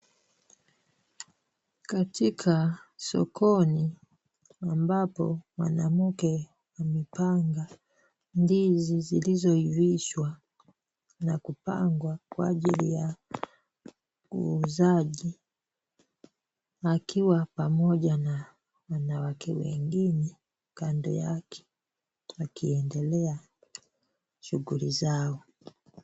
Katika sokoni ambapo mwanamke amepanga ndizi zilizoivishwa na kupangwa kwa ajili ya uuzaji, wakiwa pamoja na wanawake wengine kando yake wakiendelea shughuli zao.